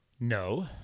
No